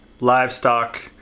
livestock